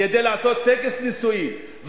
כדי לעשות טקס נישואין,